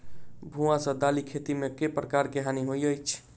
भुआ सँ दालि खेती मे केँ प्रकार केँ हानि होइ अछि?